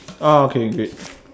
orh okay great